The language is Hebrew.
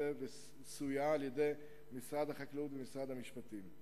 וקיבלה סיוע ממשרד החקלאות וממשרד המשפטים.